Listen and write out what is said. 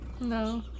No